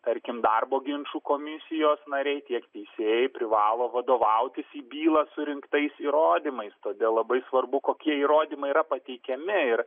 tarkim darbo ginčų komisijos nariai tiek teisėjai privalo vadovautis į bylą surinktais įrodymais todėl labai svarbu kokie įrodymai yra pateikiami ir